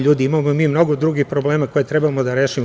Ljudi, imamo mi mnogo drugih problema koje treba da rešimo.